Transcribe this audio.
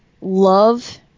love